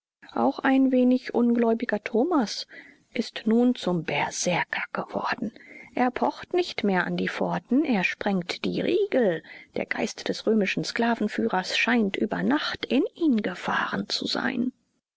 auch ein wenig ungläubiger thomas ist nun zum berserker geworden er pocht nicht mehr an die pforten er sprengt die riegel der geist des römischen sklavenführers scheint über nacht in ihn gefahren zu sein